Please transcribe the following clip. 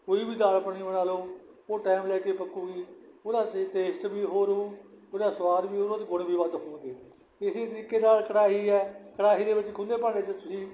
ਕੋਈ ਵੀ ਦਾਲ ਪਾਣੀ ਬਣਾ ਲਓ ਉਹ ਟੈਮ ਲੈ ਕੇ ਪੱਕੂਗੀ ਉਹਦਾ ਸੇ ਟੇਸਟ ਵੀ ਹੋਰ ਹੋਊ ਉਹਦਾ ਸੁਆਦ ਵੀ ਹੋਰ ਹੋਊ ਉਹਦਾ ਗੁਣ ਵੀ ਵੱਧ ਹੋਣਗੇ ਇਸੇ ਤਰੀਕੇ ਨਾਲ ਕੜਾਹੀ ਹੈ ਕੜਾਹੀ ਦੇ ਵਿੱਚ ਖੁੱਲ੍ਹੇ ਭਾਂਡੇ 'ਚ ਤੁਸੀਂ